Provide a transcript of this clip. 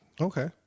Okay